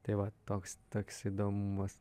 tai va toks toks įdomus